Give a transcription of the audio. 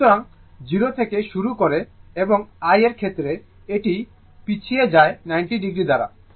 সুতরাং 0 থেকে শুরু করে এবং I এর ক্ষেত্রে এটি পিছিয়ে যায় 90o দ্বারা